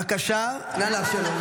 בבקשה, נא לאפשר לו.